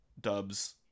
dubs